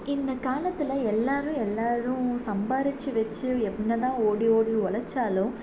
இந்தக்காலத்தில் எல்லோரும் எல்லோரும் சம்பாதிச்சி வச்சு என்ன தான் ஓடி ஓடி ஒழச்சாலும்